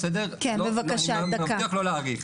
אני מבטיח לא להאריך.